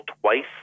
twice